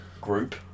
group